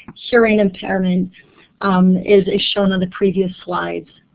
hearing impairment is as shown on the previous slides.